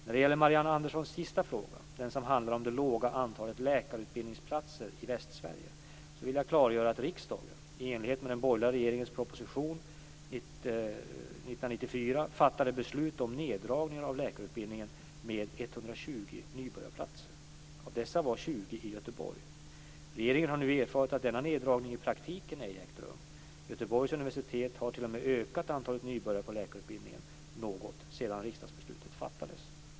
När det gäller Marianne Anderssons sista fråga, den som handlar om det låga antalet läkarutbildningsplatser i Västsverige, så vill jag klargöra att riksdagen, i enlighet med den borgerliga regeringens proposition , 1994 fattade beslut om neddragningar av läkarutbildningen med 120 nybörjarplatser. Av dessa var 20 i Göteborg. Regeringen har nu erfarit att denna neddragning i praktiken ej ägt rum. Göteborgs universitet har t.o.m. ökat antalet nybörjare på läkarutbildningen något sedan riksdagsbeslutet fattades.